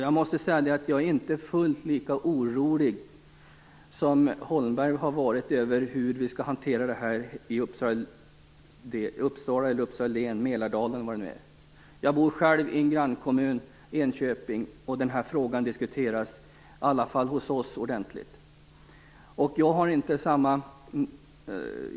Jag är inte fullt lika orolig som Håkan Holmberg har varit över hur vi skall hantera detta i Uppsala län och Mälardalen. Jag bor själv i en grannkommun, Enköping, och den här frågan diskuteras ordentligt hos oss.